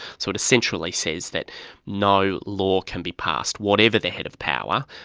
so it essentially says that no law can be passed, whatever the head of power,